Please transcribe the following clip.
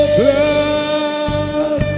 blood